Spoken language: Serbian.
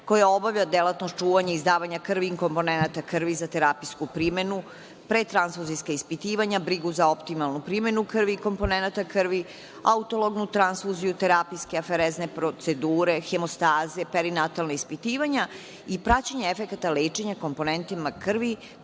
koja obavlja delatnost čuvanja i izdavanja krvi i komponenata krvi za terapijsku primenu, pretransfuzijska ispitivanja, brigu za optimalnu primenu krvi i komponenata krvi, autlognu transfuziju i terapijske aferezne procedure, hemostaze, perinatalna ispitivanja i praćenje efekata lečenja komponentima krvi,